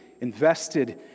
invested